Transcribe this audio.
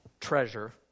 treasure